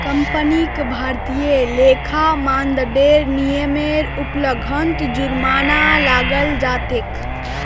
कंपनीक भारतीय लेखा मानदंडेर नियमेर उल्लंघनत जुर्माना लगाल जा तेक